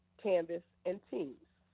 canvas, and teams,